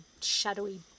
shadowy